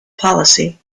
policy